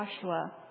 Joshua